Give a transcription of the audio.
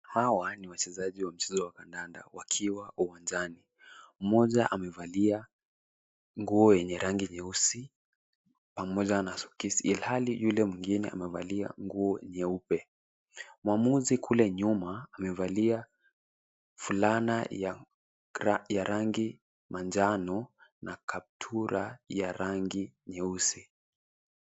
Hawa ni wachezaji wa mchezo wa kandanda wakiwa uwanjani. Mmoja amevalia nguo yenye rangi nyeusi pamoja na soksi. Ilhali yule mwingine amevalia nguo nyeupe. Mwamuzi kule nyuma, amevalia fulana ya rangi manjano na kaptura ya rangi nyeusi.